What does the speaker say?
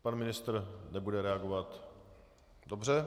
Pan ministr nebude reagovat. Dobře.